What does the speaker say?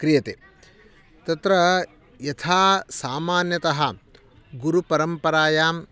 क्रियते तत्र यथा सामान्यतः गुरुपरम्परायां